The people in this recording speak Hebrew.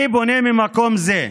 אני פונה ממקום זה,